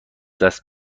دست